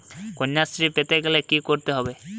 কন্যাশ্রী পেতে হলে কি করতে হবে?